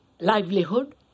livelihood